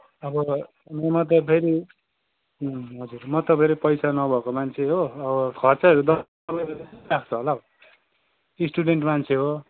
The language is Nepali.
अब त नभए त फेरि हजुर म त फेरि पैसा नभएको मान्छे हो अब खर्चहरू त कति जस्तो लाग्छ होला हौ स्टुडेन्ट मान्छे हो